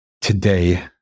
today